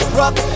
rock